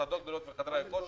מסעדות גדולות וחדרי כושר.